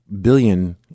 billion